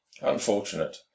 unfortunate